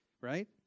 right